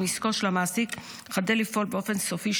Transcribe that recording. אם עסקו של המעסיק חדל לפעול באופן סופי,